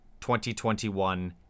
...2021